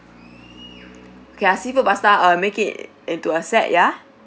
K ah seafood pasta uh make it into a set ya